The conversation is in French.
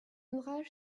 orage